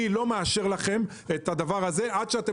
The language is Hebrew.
אני לא מאשר לכם את הדבר הזה עד שאתם